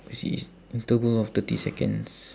I see it's interval of thirty seconds